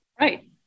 Right